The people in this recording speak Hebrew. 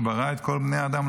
שברא את כל בני האדם,